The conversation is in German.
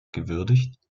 gewürdigt